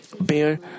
bear